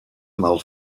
maal